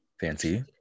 Fancy